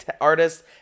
artists